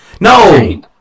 No